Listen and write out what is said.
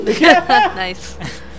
Nice